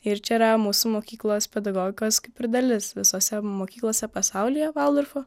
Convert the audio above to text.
ir čia yra mūsų mokyklos pedagogikos kaip ir dalis visose mokyklose pasaulyje valdorfo